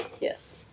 Yes